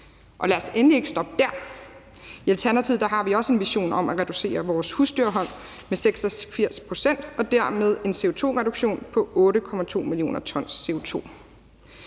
Og lad os endelig ikke stoppe der. I Alternativet har vi også en vision om at reducere vores husdyrhold med 86 pct. og dermed få en CO2-reduktion på 8,2 mio. t CO2.